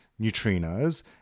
neutrinos